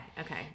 Okay